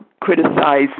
criticize